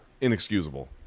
inexcusable